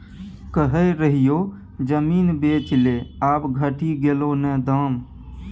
कहय रहियौ जमीन बेच ले आब घटि गेलौ न दाम